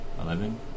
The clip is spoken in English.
Eleven